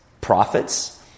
prophets